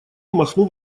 махнув